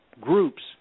groups